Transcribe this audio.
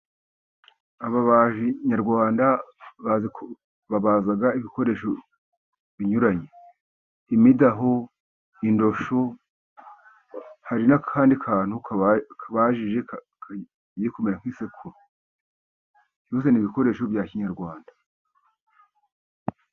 Ababaji nyarwanda babaza ibikoresho binyuranye. Imidaho, indoshyo, hari n'akandi kantu kabajije kagiye kumera nk'isekuro. Byose n'ibikoresho bya kinyarwanda.